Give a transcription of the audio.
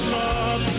love